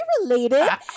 related